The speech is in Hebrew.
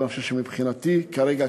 אבל מבחינתי כרגע,